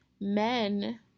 men